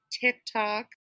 tiktok